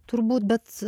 turbūt bet